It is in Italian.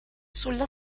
sulla